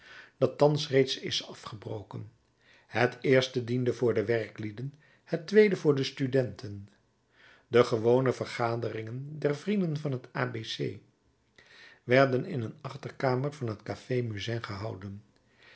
dat thans reeds is afgebroken het eerste diende voor de werklieden het tweede voor de studenten de gewone vergaderingen der vrienden van het a b c werden in een achterkamer van het café musain gehouden